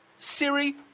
Siri